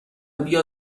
بیا